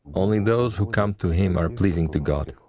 only those who come to him are pleasing to god.